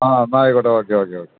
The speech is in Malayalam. ആ എന്നാല് ആയിക്കോട്ടെ ഓക്കെയൊക്കെ